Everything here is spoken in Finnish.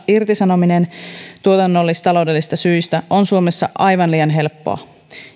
irtisanominen tuotannollis taloudellisista syistä on suomessa aivan liian helppoa